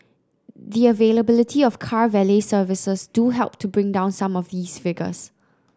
the availability of car valet services do help to bring down some of these figures